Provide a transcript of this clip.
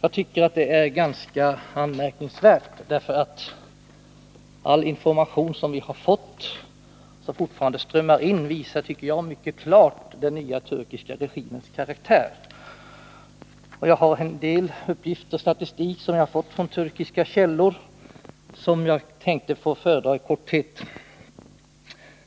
Jag tycker att detta är ganska anmärkningsvärt, eftersom all information som vi fått och som fortfarande strömmar in mycket klart visar den nya turkiska regimens karaktär. Jag har en del uppgifter som jag fått från turkiska källor och som jag tänker föredra i korthet.